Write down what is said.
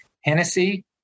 Hennessy